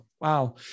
Wow